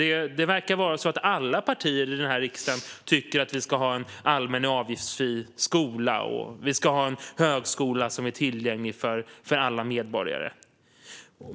Det verkar vara så att alla partier i den här riksdagen tycker att vi ska ha en allmän och avgiftsfri skola och att vi ska ha en högskola som är tillgänglig för alla medborgare.